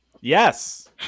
Yes